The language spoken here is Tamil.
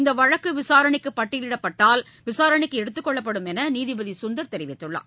இந்த வழக்கு விசாரணைக்கு பட்டியலிடப்பட்டால் விசாரணைக்கு எடுத்துக்கொள்ளப்படும் என்று நீதிபதி சுந்தர் தெரிவித்தார்